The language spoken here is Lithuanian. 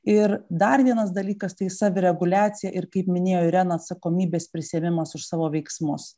ir dar vienas dalykas tai savireguliacija ir kaip minėjo irena atsakomybės prisiėmimas už savo veiksmus